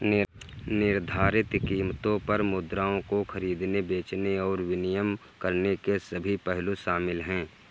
निर्धारित कीमतों पर मुद्राओं को खरीदने, बेचने और विनिमय करने के सभी पहलू शामिल हैं